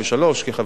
כחברת נאט"ו,